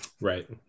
Right